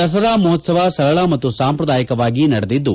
ದಸರಾ ಮಹೋತ್ತವ ಸರಳ ಮತ್ತು ಸಾಂಪ್ರದಾಯಿಕವಾಗಿ ನಡೆದಿದ್ದು